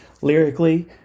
lyrically